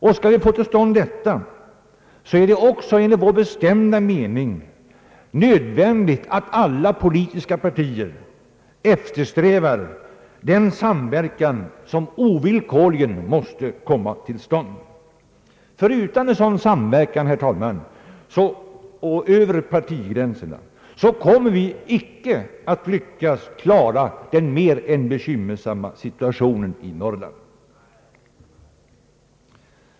För att detta skall bli möjligt är det också enligt vår bestämda mening nödvändigt att alla politiska partier eftersträvar samverkan. Utan en sådan samverkan, herr talman, över partigränserna kommer vi icke att lyckas klara den mer än bekymmersamma situationen i Norrland.